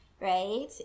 right